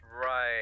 Right